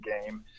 game